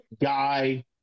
Guy